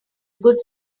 good